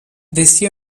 these